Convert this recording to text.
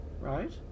Right